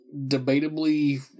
debatably